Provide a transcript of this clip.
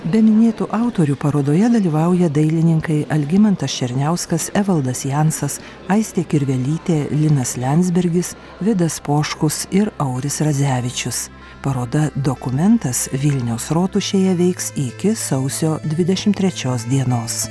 be minėtų autorių parodoje dalyvauja dailininkai algimantas černiauskas evaldas jansas aistė kirvelytė linas liandsbergis vidas poškus ir auris radzevičius paroda dokumentas vilniaus rotušėje veiks iki sausio dvidešim trečios dienos